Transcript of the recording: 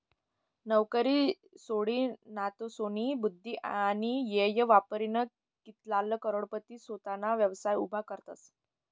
नवकरी सोडीनसोतानी बुध्दी आणि येय वापरीन कित्लाग करोडपती सोताना व्यवसाय उभा करतसं